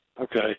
Okay